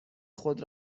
خود